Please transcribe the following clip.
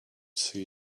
see